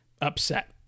upset